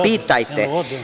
Pitajte.